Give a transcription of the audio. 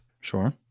sure